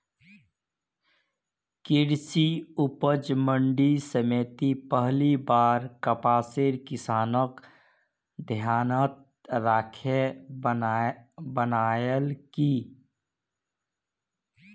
कृषि उपज मंडी समिति पहली बार कपासेर किसानक ध्यानत राखे बनैयाल की